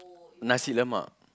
nasi-lemak